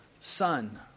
son